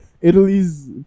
italy's